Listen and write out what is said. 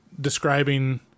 describing